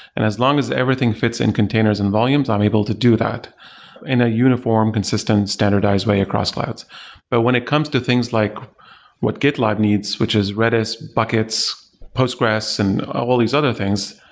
and as long as everything fits in containers and volumes, i'm able to do that in a uniform, consistent, standardized way across clouds but when it comes to things like what gitlab needs, which is redis, buckets, postgresql and all these other things,